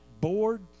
board